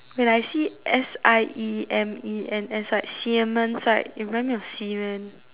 when I see S I E M E N S right Siemens right it reminds me of semen